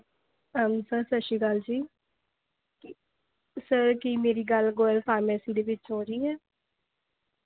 ਹਾਂਜੀ ਸਰ ਸਤਿ ਸ਼੍ਰੀ ਅਕਾਲ ਜੀ ਕੀ ਸਰ ਕੀ ਮੇਰੀ ਗੱਲ ਗੋਰਵ ਫਾਰਮੈਸੀ ਦੇ ਵਿੱਚ ਹੋ ਰਹੀ ਹੈ